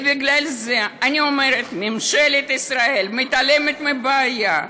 ובגלל זה אני אומרת: ממשלת ישראל מתעלמת מהבעיה.